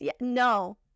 No